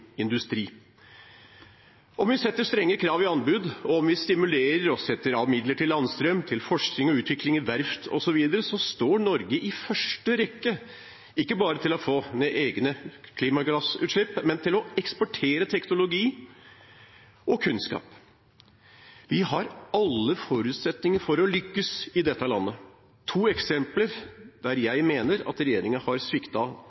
industri. Om vi setter strenge krav i anbud, og om vi stimulerer og setter av midler til landstrøm, til forskning og utvikling i verft osv., så står Norge i første rekke – ikke bare til å få ned egne klimagassutslipp, men til å eksportere teknologi og kunnskap. Vi har alle forutsetninger for å lykkes i dette landet. To eksempler der jeg mener regjeringen har